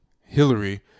Hillary